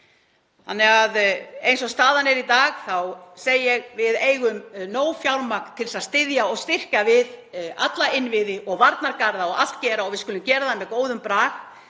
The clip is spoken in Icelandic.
eins og staðan er í dag þá segi ég: Við eigum nóg fjármagn til að styðja við og styrkja alla innviði og varnargarða og allt gera og við skulum gera það með góðum brag